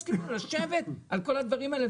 הם מסכימים לשבת על כל הדברים האלה.